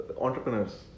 entrepreneurs